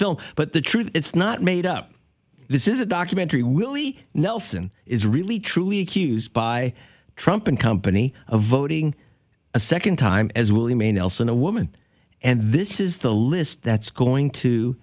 film but the truth is it's not made up this is a documentary willie nelson is really truly accused by trump and company of voting a second time as william a nelson a woman and this is the list that's going to